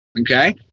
Okay